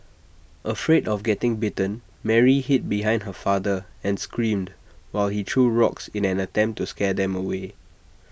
afraid of getting bitten Mary hid behind her father and screamed while he threw rocks in an attempt to scare them away